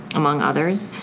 among others.